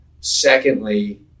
Secondly